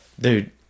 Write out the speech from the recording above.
Dude